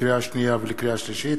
לקריאה שנייה ולקריאה שלישית: